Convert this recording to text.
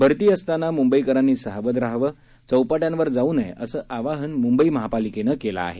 भरती असताना मुंबईकरांनी सावध रहावे चौपाट्यांवर जाऊ नये असे आवाहन मुंबई महापालिकेने केले आहे